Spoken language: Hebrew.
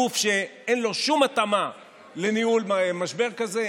גוף שאין לו שום התאמה לניהול משבר כזה,